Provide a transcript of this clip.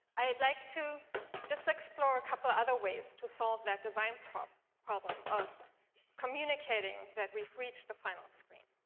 i'd like to just explore a couple of other ways to solve that design problem problem of communicating communicating that we've reached the final screen.